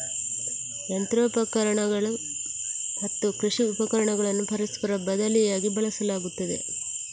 ಯಂತ್ರೋಪಕರಣಗಳು ಮತ್ತು ಕೃಷಿ ಉಪಕರಣಗಳನ್ನು ಪರಸ್ಪರ ಬದಲಿಯಾಗಿ ಬಳಸಲಾಗುತ್ತದೆ